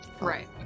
Right